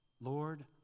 Lord